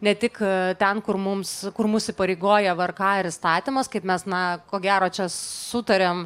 ne tik ten kur mums kur mus įpareigoja vrk ar įstatymas kaip mes na ko gero čia sutariam